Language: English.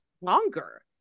longer